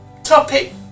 topic